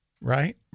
right